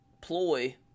ploy